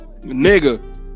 nigga